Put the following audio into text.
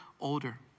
older